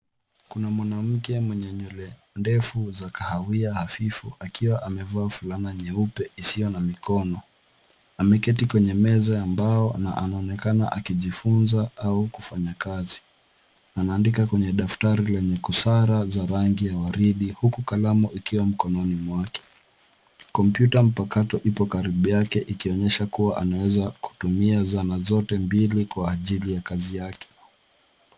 Kuna mwanamke mwenye nywele ndefu za kahawia hafifu akiwa amevaa fulana nyeupe isio na mikono. Ameketi kwenye meza ya mbao na anaonekana akijifunza au kufanya kazi. Anaandika kwenye daftari lenye kurasa za rangi ya waridi huku kalamu ikiwa mkononi mwake. Kompyuta mpakato ipo karibu yake ikionyesha kuwa anaweza kutumia zana zote mbili kwa ajili ya kazi yake.